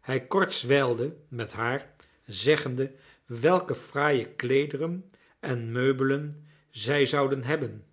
hij kortswijlde met haar zeggende welke fraaie kleederen en meubelen zij zouden hebben